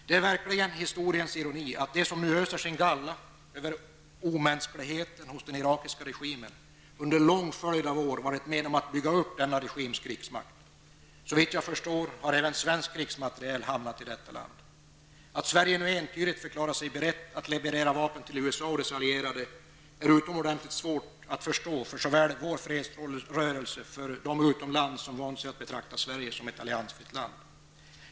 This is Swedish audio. Det är verkligen historiens ironi att de som nu öser sin galla över den irakiska regimens omänsklighet under en lång följd av år har varit med om att bygga upp denna regims krigsmakt. Såvitt jag förstår har även svensk krigsmateriel hamnat i detta land. Att Sverige nu entydigt har förklarat sig berett att leverera vapen till USA och dess allierade är utomordentligt svårt att förstå såväl för vår fredsrörelse som för de personer utomlands som har vant sig vid att betrakta Sverige som ett alliansfritt land.